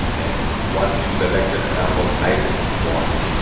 and once you've selected the number of items you want,